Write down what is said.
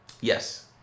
Yes